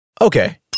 Okay